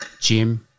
Jim